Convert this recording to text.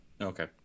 okay